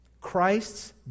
Christ's